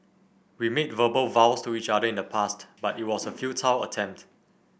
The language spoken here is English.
we made verbal vows to each other in the past but it was a futile attempt